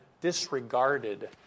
disregarded